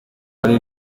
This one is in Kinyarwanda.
hari